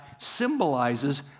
symbolizes